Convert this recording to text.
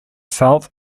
south